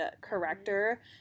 corrector